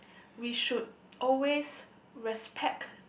we should always respect